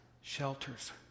shelters